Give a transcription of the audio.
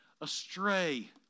astray